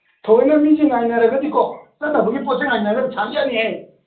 ꯊꯑꯣꯏꯅ ꯃꯤꯁꯤ ꯉꯥꯏꯅꯔꯒꯗꯤꯀꯣ ꯆꯠꯅꯕꯒꯤ ꯄꯣꯠ ꯆꯩ